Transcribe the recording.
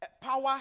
power